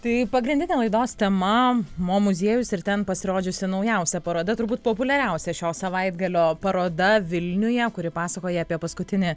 tai pagrindinė laidos tema mo muziejus ir ten pasirodžiusi naujausia paroda turbūt populiariausia šio savaitgalio paroda vilniuje kuri pasakoja apie paskutinį